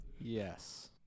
Yes